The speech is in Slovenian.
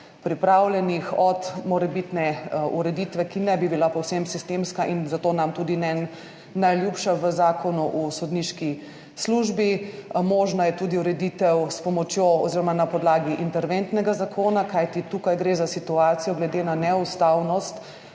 variant, od morebitne ureditve, ki ne bi bila povsem sistemska in zato nam tudi ni najljubša, v Zakonu o sodniški službi. Možna je tudi ureditev s pomočjo oziroma na podlagi interventnega zakona, kajti tukaj gre za situacijo glede na neustavnost,